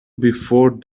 before